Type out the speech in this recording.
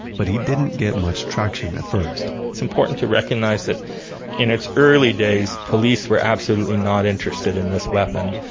but he didn't get much traction at first it's important to recognize that in its early days, police were absolutely not interested in this weapon.